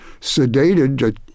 sedated